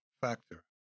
factor